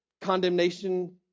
condemnation